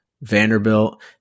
Vanderbilt